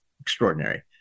extraordinary